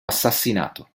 assassinato